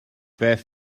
beth